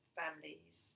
families